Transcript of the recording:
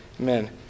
Amen